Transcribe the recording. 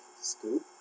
scoop